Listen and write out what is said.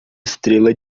estrela